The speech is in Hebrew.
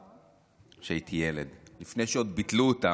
עוד לפני שביטלו אותם,